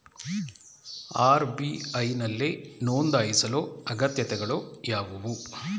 RBI ನಲ್ಲಿ ನೊಂದಾಯಿಸಲು ಅಗತ್ಯತೆಗಳು ಯಾವುವು?